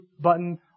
button